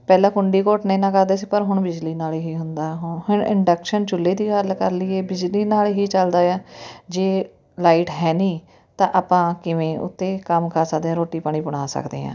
ਪਹਿਲਾਂ ਕੁੰਡੀ ਘੋਟਣੇ ਨਾਲ ਕਰਦੇ ਸੀ ਪਰ ਹੁਣ ਬਿਜਲੀ ਨਾਲ ਹੀ ਹੁੰਦਾ ਹੁ ਇੰਡਕਸ਼ਨ ਚੁੱਲ੍ਹੇ ਦੀ ਗੱਲ ਕਰ ਲਈਏ ਬਿਜਲੀ ਨਾਲ ਹੀ ਚੱਲਦਾ ਏ ਆ ਜੇ ਲਾਈਟ ਹੈ ਨਹੀਂ ਤਾਂ ਆਪਾਂ ਕਿਵੇਂ ਉਹ 'ਤੇ ਕੰਮ ਕਰ ਸਕਦੇ ਰੋਟੀ ਪਾਣੀ ਬਣਾ ਸਕਦੇ ਹਾਂ